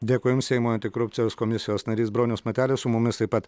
dėkui jums seimo antikorupcijos komisijos narys bronius matelis su mumis taip pat